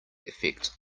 effect